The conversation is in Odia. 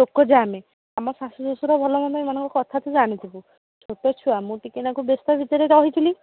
ଲୋକ ଜାମ ଆମ ଶାଶୁ ଶଶୁର ଭଲମନ୍ଦ ଏମାନଙ୍କ କଥା ତୁ ଜାଣିଥିବୁ ଛୋଟ ଛୁଆ ମୁଁ ଟିକେନାକୁ ବ୍ୟସ୍ତ ଭିତରେ ରହିଥିଲି